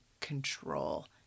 control